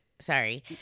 sorry